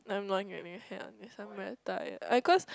I don't really hear because I am really tired like cause